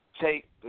Take